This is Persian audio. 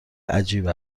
عجیب